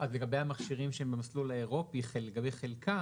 אז לגבי חלק מהמכשירים שהם במסלול האירופי לגבי חלקם,